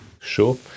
Sure